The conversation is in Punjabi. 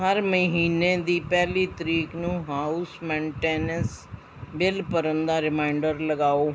ਹਰ ਮਹੀਨੇ ਦੀ ਪਹਿਲੀ ਤਰੀਕ ਨੂੰ ਹਾਊਸ ਮੇਨਟੇਨੈਂਸ ਬਿੱਲ ਭਰਨ ਦਾ ਰੀਮਾਈਂਡਰ ਲਗਾਓ